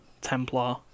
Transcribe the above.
templar